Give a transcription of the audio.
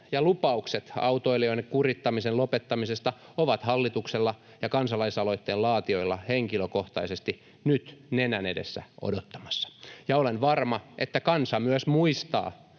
ja lupaukset autoilijoiden kurittamisen lopettamisesta ovat hallituksella ja kansalaisaloitteen laatijoilla henkilökohtaisesti nyt nenän edessä odottamassa, ja olen varma, että kansa myös muistaa